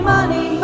Money